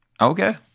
Okay